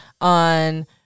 on